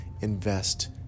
invest